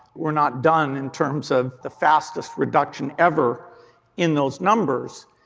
are not done in terms of the fastest reduction ever in those numbers.